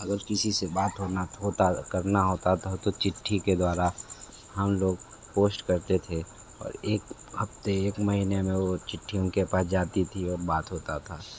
अगर किसी से बात होना होता करना होता था तो चिट्ठी के द्वारा हम लोग पोष्ट करते थे और एक हफ़्ते एक महीने में वो चिट्ठी उन के पास जाती थी और बात होती थी